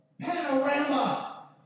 panorama